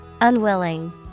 Unwilling